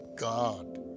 God